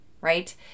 right